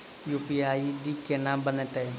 UPI ID केना बनतै?